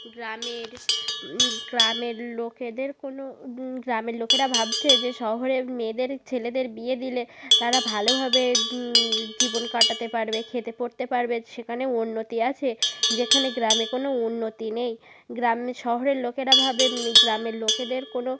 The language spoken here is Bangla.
গ্রামের গ্রামের লোকেদের কোনো গ্রামের লোকেরা ভাবছে যে শহরে মেয়েদের ছেলেদের বিয়ে দিলে তারা ভালোভাবে জীবন কাটাতে পারবে খেতে পরতে পারবে সেখানে উন্নতি আছে যেখানে গ্রামে কোনো উন্নতি নেই গ্রামে শহরের লোকেরা ভাবে গ্রামের লোকেদের কোনো